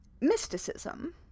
mysticism